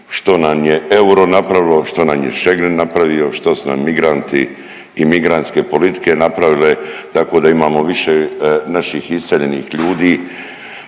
što nam je euro napravilo, što nam je schengen napravio, što su nam migranti i migrantske politike napravile tako da imamo više naših iseljenih ljudi